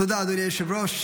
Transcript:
תודה, אדוני היושב-ראש.